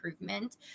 improvement